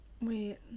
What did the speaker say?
Wait